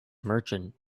merchant